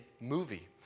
movie